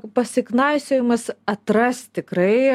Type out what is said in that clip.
pasiknaisiojimas atras tikrai